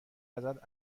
ازت